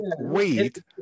weed